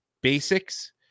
basics